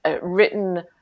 written